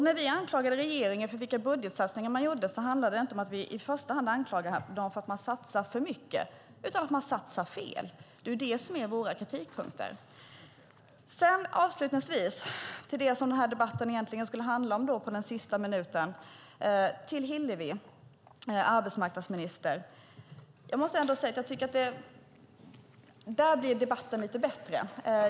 När vi anklagade regeringen för budgetsatsningarna handlade det inte om att vi i första hand anklagade dem för att satsa för mycket utan för att satsa fel. Det är våra kritikpunkter. Avslutningsvis vill jag säga något till Hillevi Engström, arbetsmarknadsminister, om det som den här debatten egentligen skulle handla om. Jag tycker att debatten där blir lite bättre.